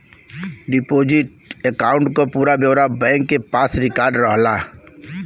deposit account क पूरा ब्यौरा बैंक के पास रिकार्ड रहला